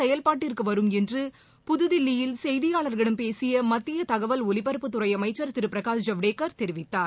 செயல்பாட்டிற்கு வரும் என்று புதுதில்லியில் செய்தியாளர்களிடம் பேசிய மத்திய தகவல் ஒவிபரப்புத்துறை அமைச்சர் திரு பிரகாஷ் ஜவடேக்கர் தெரிவித்தார்